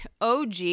OG